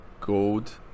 gold